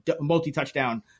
multi-touchdown